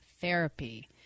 Therapy